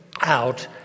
out